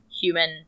human